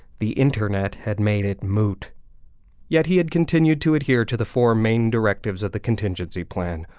the internet had made it moot yet he had continued to adhere to the four main directives of the contingency plan,